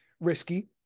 risky